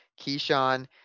Keyshawn